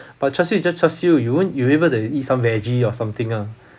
but char siu is just char siu you wouldn't you wouldn't be able to eat some veggie or something lah